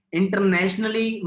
internationally